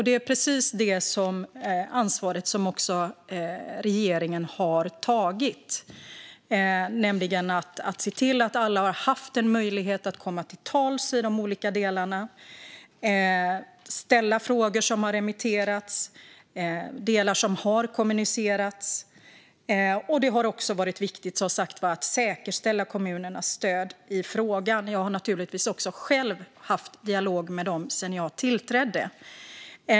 Det är precis detta ansvar som regeringen har tagit. Vi har sett till att alla har haft en möjlighet att komma till tals om de olika delarna och har ställt frågor som har remitterats. Delar har kommunicerats, och det har som sagt varit viktigt att säkerställa kommunernas stöd i frågan. Jag har naturligtvis själv också haft en dialog med dem sedan jag tillträdde.